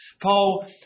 Paul